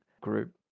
group